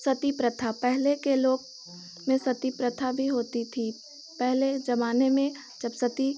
सती प्रथा पहले के लोग में सती प्रथा भी होती थी पहले ज़माने में जब सती